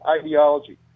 ideology